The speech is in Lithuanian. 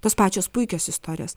tos pačios puikios istorijos